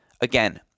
Again